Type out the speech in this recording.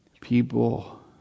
people